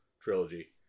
trilogy